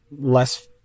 less